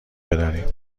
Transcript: بداریم